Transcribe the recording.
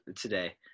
today